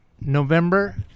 November